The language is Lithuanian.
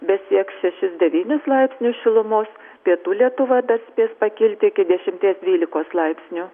besieks šešis devynis laipsnius šilumos pietų lietuva dar spės pakilti iki dešimties dvylikos laipsnių